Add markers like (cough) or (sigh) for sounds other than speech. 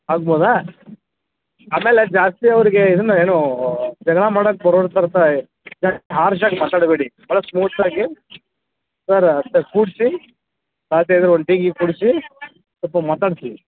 ಆಗ್ಬೋದಾ ಆಮೇಲೆ ಜಾಸ್ತಿ ಅವರಿಗೆ ಇದನ್ನ ಏನೂ ಜಗಳ ಮಾಡೋಕು (unintelligible) ಹಾರ್ಶಾಗಿ ಮಾತಾಡಬೇಡಿ ಭಾಳ ಸ್ಮೂತಾಗಿ ಸರ್ ಅಂತ ಕೂರಿಸಿ ಸಾದ್ಯ ಆದರೆ ಒಂದು ಟೀ ಗೀ ಕುಡಿಸಿ ಸ್ವಲ್ಪ ಮಾತಾಡಿಸಿ